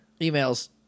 Emails